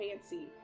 fancy